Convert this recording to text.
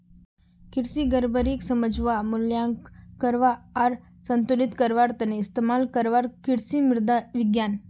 कृषि गड़बड़ीक समझवा, मूल्यांकन करवा आर संतुलित करवार त न इस्तमाल करवार कृषि मृदा विज्ञान